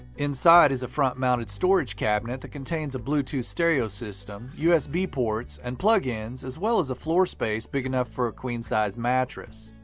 inside is a front-mounted storage cabinet that contains a bluetooth stereo system, usb ports, and plug ins as well as a floor space big enough for a queen-size mattress.